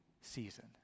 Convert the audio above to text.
season